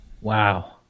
Wow